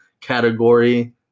category